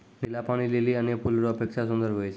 नीला पानी लीली अन्य फूल रो अपेक्षा सुन्दर हुवै छै